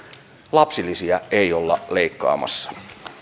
lapsilisiä ei olla leikkaamassa